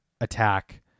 attack